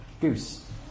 Goose